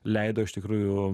leido iš tikrųjų